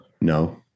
no